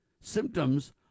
symptoms